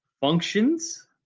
functions